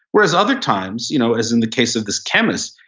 whereas other times you know as in the case of this chemist,